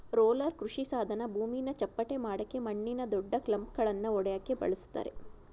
roller ಕೃಷಿಸಾಧನ ಭೂಮಿನ ಚಪ್ಪಟೆಮಾಡಕೆ ಮಣ್ಣಿನ ದೊಡ್ಡಕ್ಲಂಪ್ಗಳನ್ನ ಒಡ್ಯಕೆ ಬಳುಸ್ತರೆ